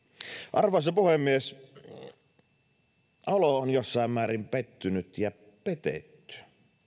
arvoisa puhemies olo on jossain määrin pettynyt ja petetty